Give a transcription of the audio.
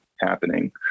happening